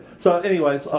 so anyways,